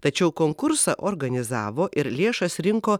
tačiau konkursą organizavo ir lėšas rinko